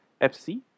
FC